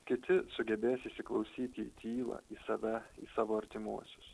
kiti sugebės įsiklausyti į tylą į save savo artimuosius